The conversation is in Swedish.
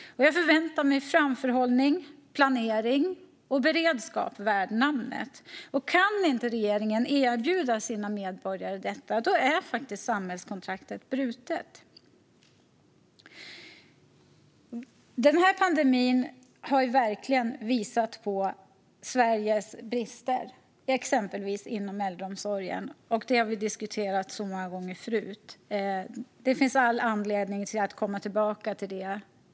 Jag förväntar mig framförhållning, planering och beredskap värd namnet. Kan inte regeringen erbjuda sin medborgare detta är samhällskontraktet brutet. Den här pandemin har verkligen visat på Sveriges brister, exempelvis inom äldreomsorgen. Detta har vi diskuterat många gånger förut, och det finns all anledning att komma tillbaka till det.